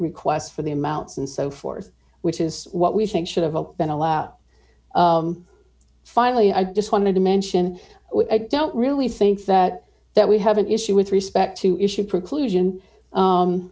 request for the amounts and so forth which is what we think should have been allowed finally i just wanted to mention i don't really think that that we have an issue with respect to issue preclusion